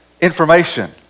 information